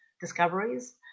discoveries